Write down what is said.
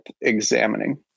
examining